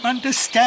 understand